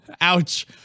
Ouch